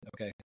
okay